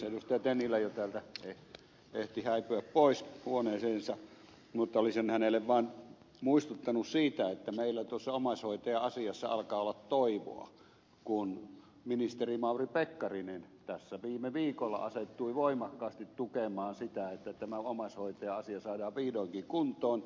tennilä jo täältä ehti häipyä pois huoneeseensa mutta olisin häntä vain muistuttanut siitä että meillä tuossa omaishoitaja asiassa alkaa olla toivoa kun ministeri mauri pekkarinen viime viikolla asettui voimakkaasti tukemaan sitä että tämä omaishoitaja asia saadaan vihdoinkin kuntoon